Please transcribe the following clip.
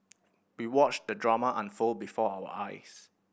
we watched the drama unfold before our eyes